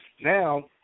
Now